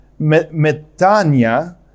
metania